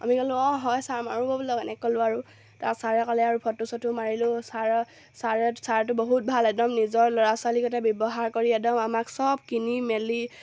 আমি ক'লোঁ অঁ হয় ছাৰ মাৰোঁগৈ ব'লক এনেকৈ ক'লোঁ আৰু তাত ছাৰে ক'লে আৰু ফটো চটো মাৰিলোঁ ছাৰ ছাৰে ছাৰতো বহুত ভাল একদম নিজৰ ল'ৰা ছোৱালীগতে ব্যৱহাৰ কৰি একদম আমাক সব কিনি মেলি